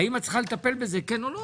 האם את צריכה לטפל בזה או לא,